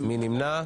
מי נמנע?